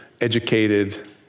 educated